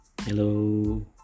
Hello